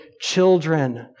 children